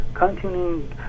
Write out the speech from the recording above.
continuing